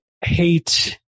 hate